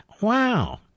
wow